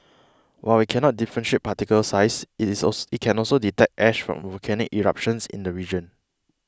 while it cannot differentiate particle size it is it can also detect ash from volcanic eruptions in the region